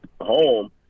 home